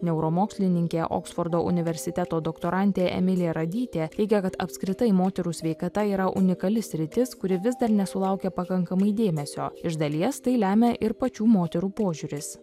neuromokslininkė oksfordo universiteto doktorantė emilija radytė teigia kad apskritai moterų sveikata yra unikali sritis kuri vis dar nesulaukia pakankamai dėmesio iš dalies tai lemia ir pačių moterų požiūris